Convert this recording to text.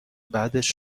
بعدش